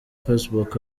facebook